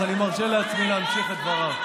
אז אני מרשה לעצמי להמשיך את דברם.